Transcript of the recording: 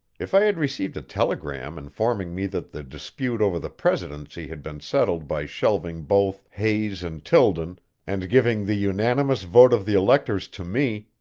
if i had received a telegram informing me that the dispute over the presidency had been settled by shelving both hayes and tilden and giving the unanimous vote of the electors to me,